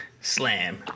Slam